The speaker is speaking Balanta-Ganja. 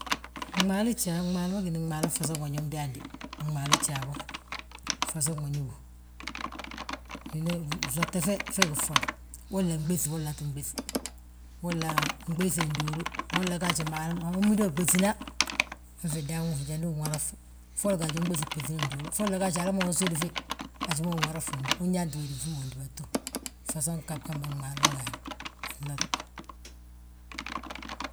Gmaalu gjaa, gmaalu ma gíni fansoŋ gmaalu ma ñób ndaani dé, gmaalu gjaa go, gfasoŋ ma ñóbu. Flotte fe fegí ffoda, wolla nɓéŧi wolla ggín ɓéŧi, wolla nɓéŧi nduulu, wolla unan wi mida ɓéŧin, ha fi dan wúfle njandu uwarafi. Foli gaaj unɓéŧi ɓéŧini nduulu, folla gaaj hala ma unsudfi, haji ma unwar, unyaanti wédi fi ma fndúbatu, fasoŋ ghab gamba gmaalu ma gaadu, a glotte.